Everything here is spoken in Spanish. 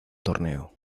torneo